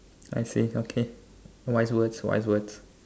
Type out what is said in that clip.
I see okay wise words wise words